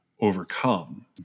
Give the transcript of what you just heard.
overcome